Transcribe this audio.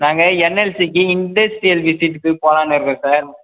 நாங்கள் என்எல்சிக்கு இண்டஸ்ட்ரியல் விசிட்டுக்கு போகலான்னு இருக்கோம் சார்